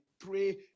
pray